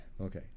Okay